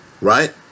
Right